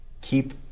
keep